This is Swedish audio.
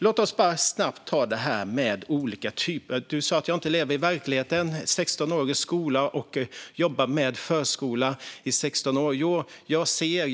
Låt oss bara snabbt ta detta att du sa att jag inte lever i verkligheten, efter 16 år i skolan och efter att ha jobbat med förskola i 16 år.